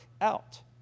out